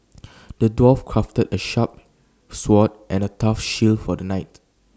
the dwarf crafted A sharp sword and A tough shield for the knight